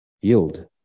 yield